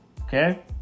Okay